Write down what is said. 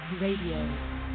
Radio